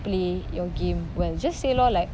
play your game well just say lor like